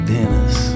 Dennis